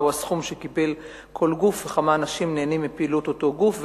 3. מה הוא הסכום שקיבל כל גוף וכמה אנשים נהנים מפעילות אותו גוף?